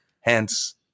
hence